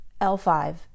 L5